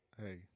Hey